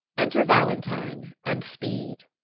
enter valentine and speed